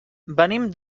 venim